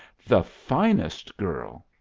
the finest girl!